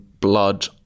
blood